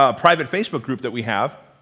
ah private facebook group that we have,